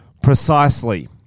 precisely